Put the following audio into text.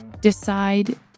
decide